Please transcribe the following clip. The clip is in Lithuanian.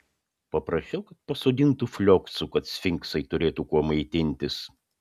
paprašiau kad pasodintų flioksų kad sfinksai turėtų kuo maitintis